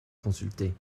consultée